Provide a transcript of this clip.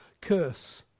curse